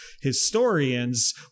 historians